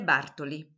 Bartoli